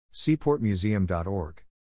SeaportMuseum.org